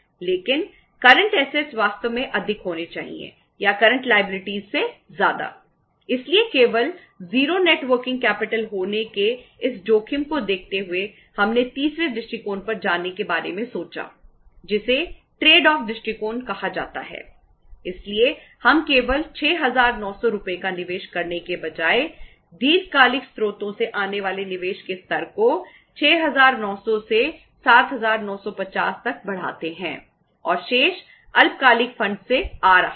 लेकिन current asset से आ रहा था